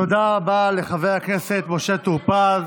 תודה רבה לחבר הכנסת משה טור פז.